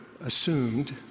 assumed